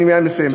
אני מייד מסיים.